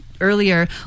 earlier